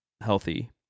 healthy